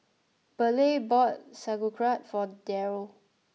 Burleigh bought Sauerkraut for Darl